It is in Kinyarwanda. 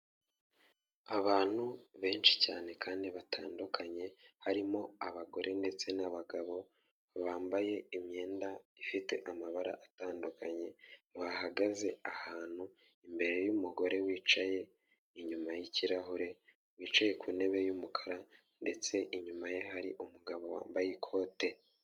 Abantu benshi cyane kandi batandukanye harimo abagore ndetse n'abagabo bambaye imyenda ifite amabara atandukanye bahagaze ahantu imbere'umugore wicaye inyuma yikirahure wicaye ku ntebe y'umukara ndetse inyuma ye hari umugabo wambaye ikote.